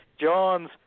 John's